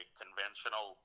conventional